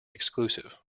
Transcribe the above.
exclusive